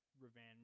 revenge